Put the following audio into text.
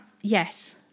Yes